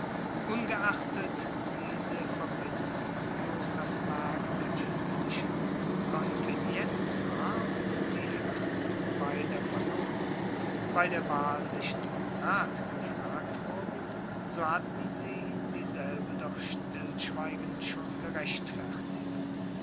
ungeachtet diese verbindung bloß das werk der elterlichen konvenienz war und die herzen beider verlobten bei der wahl nicht um rat gefragt wurden so hatten sie dieselbe doch stillschweigend schon gerechtfertigt